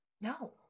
No